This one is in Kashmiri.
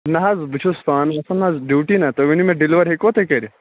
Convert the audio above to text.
نَہ حظ بہٕ چھُس پانہٕ گَژھان حظ ڈیوٹی نَہ تُہۍ ؤنِو مےٚ ڈیٚلِور ہیٚکوا تُہۍ کٔرِتھ